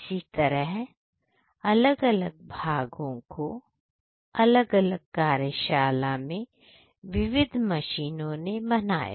इसी तरह अलग अलग भागों को अलग अलग कार्यशाला में विविध मशीनों ने बनाया